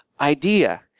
idea